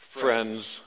friends